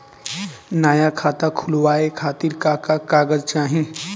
नया खाता खुलवाए खातिर का का कागज चाहीं?